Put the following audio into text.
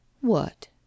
What